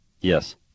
Yes